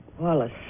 Wallace